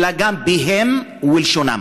אלא גם פיהם ולשונם.